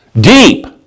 deep